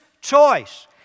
choice